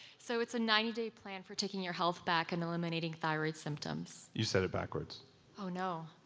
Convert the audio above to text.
so it's a ninety day plan for taking your health back and eliminating thyroid symptoms you said it backwards oh no